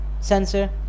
sensor